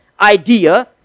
idea